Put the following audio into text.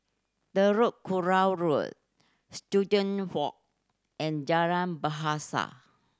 Telok Kurau Road Student Walk and Jalan Bahasa